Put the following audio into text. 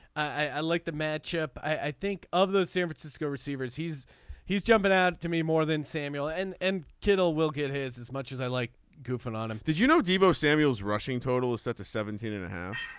i like the matchup i think of those san francisco receivers he's he's jumping out to me more than samuel and and kindle will get his as much as i like goofing on him. did you know debo samuels rushing total is such a seventeen and a half.